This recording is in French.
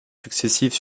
successives